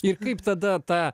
ir kaip tada tą